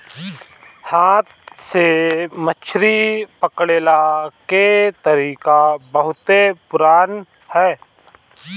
हाथ से मछरी पकड़ला के तरीका बहुते पुरान ह